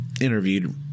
interviewed